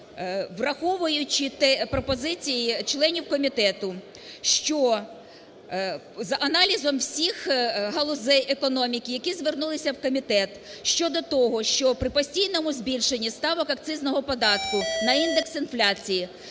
враховуючи пропозиції членів комітету, що за аналізом всіх галузей економіки, які звернулися в комітет щодо того, що при постійному збільшенні ставок акцизного податку на індекс інфляції